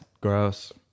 Gross